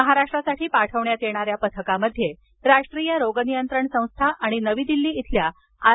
महाराष्ट्रासाठी पाठविण्यात येणाऱ्या पथकामध्ये राष्ट्रीय रोगनियंत्रण संस्था आणि नवी दिल्ली इथल्या आर